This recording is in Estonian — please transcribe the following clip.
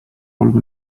olgu